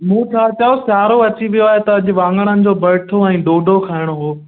मूं छा चयो सियारो अची वियो आहे त अॼु वाङणनि जो भरथो ऐं ढोढो खाइणो हो